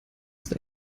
ist